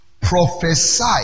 Prophesy